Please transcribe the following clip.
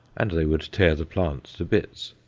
and they would tear the plants to bits.